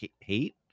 hate